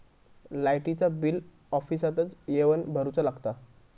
लाईटाचा बिल ऑफिसातच येवन भरुचा लागता?